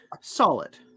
solid